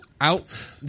out